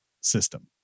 system